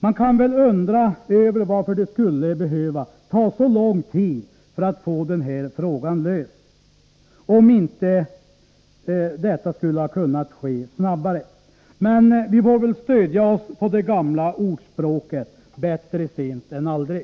Man kan väl undra varför det skulle behöva ta så lång tid att få den här frågan löst och om inte detta skulle ha kunnat ske snabbare, men vi får väl stödja oss på det gamla ordspråket ”bättre sent än aldrig”.